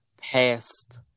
past